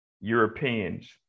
Europeans